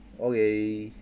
okay